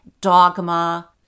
dogma